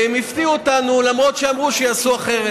והם הפתיעו אותנו, למרות שאמרו שיעשו אחרת.